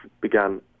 began